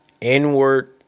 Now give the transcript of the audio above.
inward